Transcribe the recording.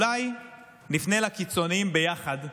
אולי נפנה לקיצוניים ביחד ונגיד: